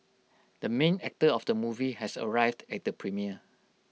the main actor of the movie has arrived at the premiere